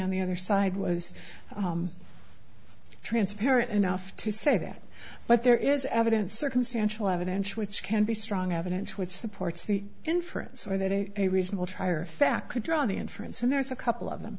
on the other side was transparent enough to say that but there is evidence circumstantial evidence which can be strong evidence which supports the inference or that it a reasonable trier of fact could draw the inference and there's a couple of them